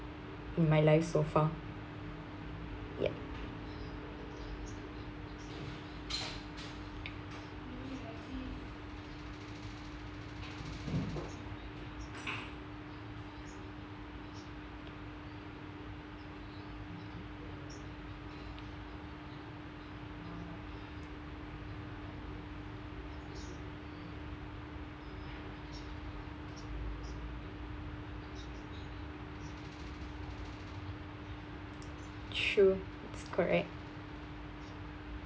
in my life so far yup true it's correct